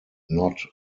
not